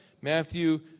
Matthew